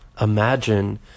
Imagine